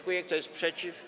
Kto jest przeciw?